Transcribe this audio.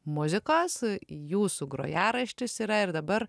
muzikos jūsų grojaraštis yra ir dabar